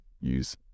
use